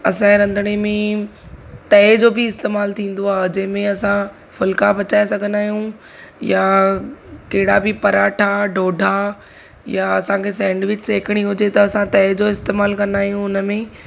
असांजे रंधिणे में तए जो बि इस्तेमालु थींदो आहे जंहिंमें असां फुल्का पचाए सघंदा आहियूं या कहिड़ा बि पराठा ॾोढा या असांखे सैंडविच सेकणी हुजे त असां तए जो इस्तेमालु कंदा आहियूं हुनमें